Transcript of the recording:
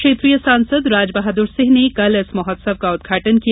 क्षेत्रीय सांसद राज बहादुर सिंह ने कल इस महोत्सव का उदघाटन किया